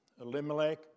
Elimelech